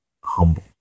humble